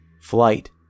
Flight